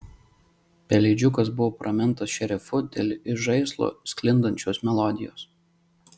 pelėdžiukas buvo pramintas šerifu dėl iš žaislo sklindančios melodijos